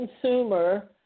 consumer